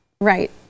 right